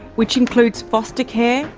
which includes foster care,